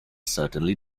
certainly